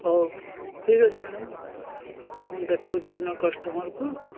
ହଉ ଠିକ୍ ଅଛି ମ୍ୟାଡ଼ାମ୍ ମୁଁ ଦେଖଉଛି ଅନ୍ୟ କଷ୍ଟମରକୁ